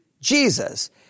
Jesus